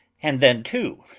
and then too,